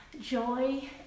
joy